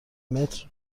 متر